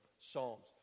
Psalms